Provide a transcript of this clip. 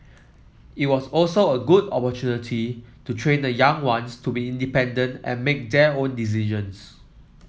it was also a good opportunity to train the young ones to be independent and make their own decisions